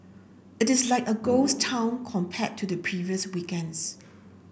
it is like a ghost town compared to the previous weekends